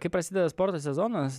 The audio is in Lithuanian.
kai prasideda sporto sezonas